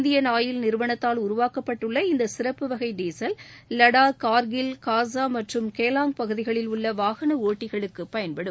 Indian oil நிறுவனத்தால் உருவாக்கப்பட்டுள்ள இந்த சிறப்பு வகை டீசல் லடாக் கார்கில் காஸா மற்றும் கேலாங் பகுதிகளில் உள்ள வாகன ஓட்டிகளுக்கு பயன்படும்